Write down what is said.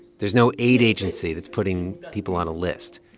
there's no aid agency that's putting people on a list.